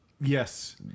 Yes